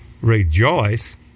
Rejoice